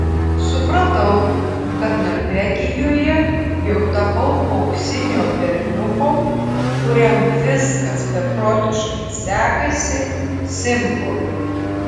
supratau kad norvegijoje jau tapau auksinio berniuko kuriam viskas beprotiškai sekasi simboliu